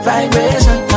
Vibration